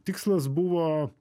tikslas buvo